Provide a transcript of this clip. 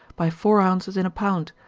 by four ounces in a pound,